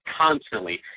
constantly